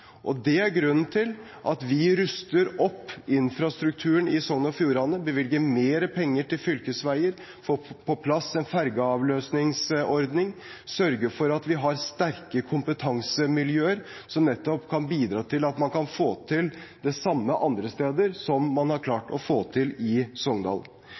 Det er grunnen til at vi ruster opp infrastrukturen i Sogn og Fjordane, bevilger mer penger til fylkesveier, får på plass en fergeavløsningsordning, sørger for at vi har sterke kompetansemiljøer som nettopp kan bidra til at man kan få til det samme andre steder som man har klart å få til i Sogndal.